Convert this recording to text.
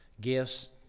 gifts